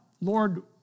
Lord